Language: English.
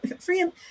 freedom